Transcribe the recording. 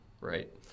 right